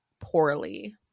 poorly